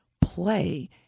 play